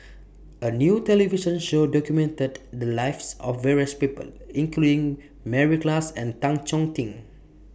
A New television Show documented The Lives of various People including Mary Klass and Tan Chong Tee